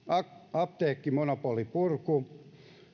apteekkimonopolin purku